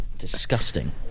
Disgusting